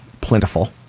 plentiful